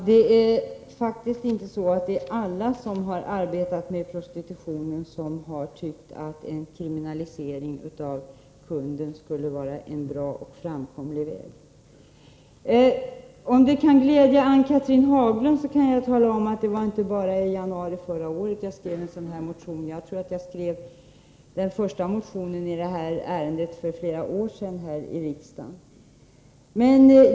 Herr talman! Alla som har arbetat med prostitutionen har faktiskt inte tyckt att en kriminalisering av kunden skulle vara en bra och framkomlig väg. Om det kan glädja Ann-Cathrine Haglund kan jag tala om att det inte bara vari januari förra året som jag skrev en motion om juridiskt biträde. Jag tror att det är flera år sedan jag här i riksdagen skrev den första motionen i detta ärende.